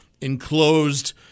Enclosed